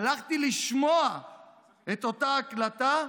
הלכתי לשמוע את אותה הקלטה,